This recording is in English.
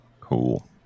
Cool